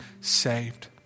saved